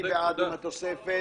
מי בעד עם התוספת?